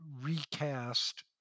recast